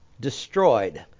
Destroyed